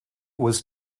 was